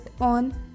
on